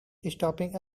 stopping